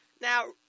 Now